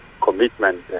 commitment